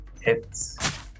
Hits